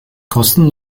kosten